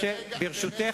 ברשותך,